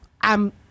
I'm-